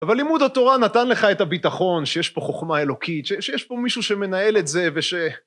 אבל לימוד התורה נתן לך את הביטחון שיש פה חוכמה אלוקית, שיש פה מישהו שמנהל את זה וש...